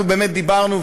אנחנו באמת דיברנו,